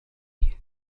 you